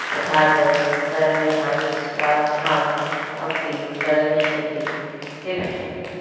तथा च सर्वेषां स्वस्थम् अपि करिष्यति तिष्ठति